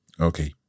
Okay